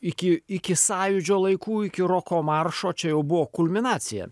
iki iki sąjūdžio laikų iki roko maršo čia jau buvo kulminacija